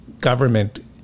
government